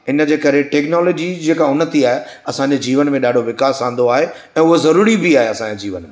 इन जे करे टेक्नोलॉजी जेका उनती आहे असांजे जीवन में ॾाढो विकास आंदो आहे त उआ ज़रूरी बि आहे असांजे जीवन में